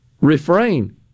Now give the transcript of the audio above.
refrain